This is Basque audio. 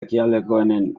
ekialdekoenen